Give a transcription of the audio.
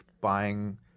buying